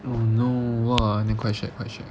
oh no !wah! then quite shag quite shag